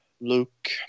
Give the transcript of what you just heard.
Luke